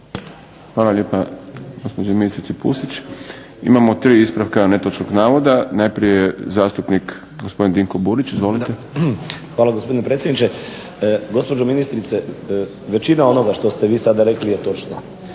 Hvala lijepa ministrici Pusić. Imamo 3 ispravka netočnog navoda. Najprije zastupnik gospodin Dinko Burić, izvolite. **Burić, Dinko (HDSSB)** Hvala gospodine predsjedniče. Gospođo ministrice većina onoga što ste vi sada rekli je točno.